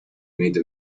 made